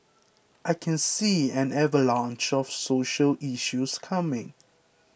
I can see an avalanche of social issues coming